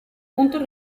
puntos